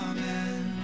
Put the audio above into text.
Amen